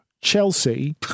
Chelsea